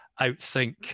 outthink